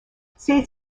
ses